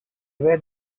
were